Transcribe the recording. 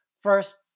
first